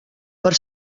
per